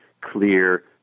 clear